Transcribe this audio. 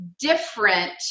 different